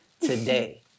today